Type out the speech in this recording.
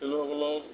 খেলুৱৈসকলক